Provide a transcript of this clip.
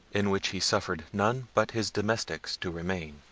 in which he suffered none but his domestics to remain.